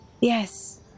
yes